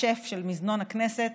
השף של מזנון הכנסת,